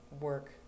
work